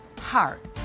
heart